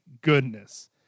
goodness